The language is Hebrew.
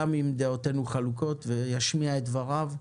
גם אם דעותינו חלוקות וישמיע את דבריו,